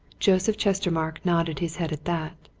joseph chestermarke nodded his head at that,